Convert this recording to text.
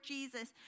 Jesus